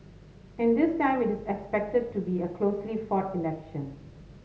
and this time it is expected to be a closely fought election